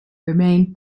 remain